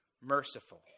merciful